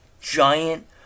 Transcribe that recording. giant